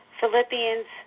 Philippians